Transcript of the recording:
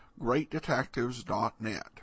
GreatDetectives.net